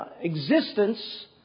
existence